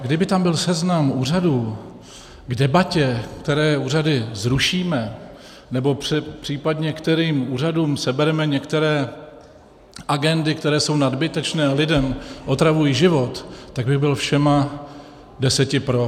Kdyby tam byl seznam úřadů k debatě, které úřady zrušíme nebo případně kterým úřadům sebereme některé agendy, které jsou nadbytečné a lidem otravují život, tak bych byl všemi deseti pro.